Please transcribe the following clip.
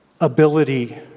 ability